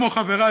כמו חברי,